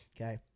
Okay